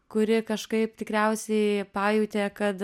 kuri kažkaip tikriausiai pajautė kad